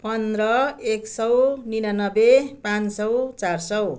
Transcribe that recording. पन्ध्र एक सौ निनानब्बे पाँच सौ चार सौ